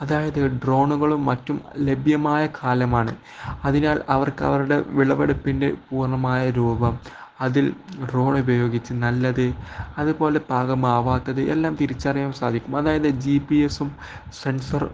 അതായത് ഡ്രോണുകളും മറ്റും ലഭ്യമായ കാലമാണ് അതിനാൽ അവർക്ക് അവരുടെ വിളവെടുപ്പിൻ്റെ പൂർണ്ണമായ രൂപം അതിൽ ഡ്രോൺ ഉപയോഗിച്ച് നല്ലത് അതുപോലെ പാകമാകാത്തത് എല്ലാം തിരിച്ചറിയാൻ സാധിക്കും അതായത് ജി പി എസും സെൻസർ